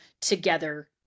together